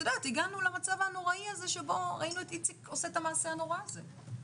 הגענו למצב הנוראי הזה שבו ראינו את איציק עושה את המעשה הנורא הזה.